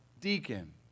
deacon